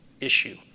issue